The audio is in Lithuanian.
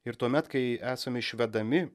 ir tuomet kai esame išvedami